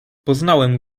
poznałem